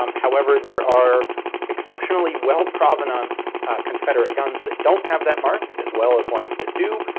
um however there are exceptionally well-provenanced confederate guns that don't have that mark as, well as ones that do.